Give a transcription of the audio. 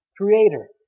Creator